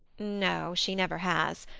no, she never has.